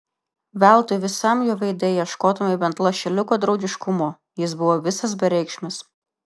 veltui visam jo veide ieškotumei bent lašeliuko draugiškumo jis buvo visas bereikšmis